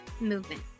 movement